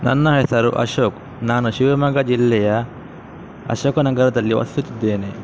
ನನ್ನ ಹೆಸರು ಅಶೋಕ್ ನಾನು ಶಿವಮೊಗ್ಗ ಜಿಲ್ಲೆಯ ಅಶೋಕ ನಗರದಲ್ಲಿ ವಾಸಿಸುತ್ತಿದ್ದೇನೆ